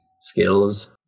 skills